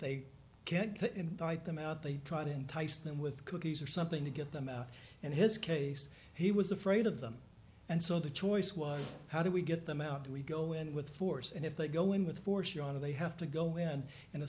they can't get indict them out they try to entice them with cookies or something to get them out and his case he was afraid of them and so the choice was how do we get them out we go in with force and if they go in with force yana they have to go in